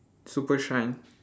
super shine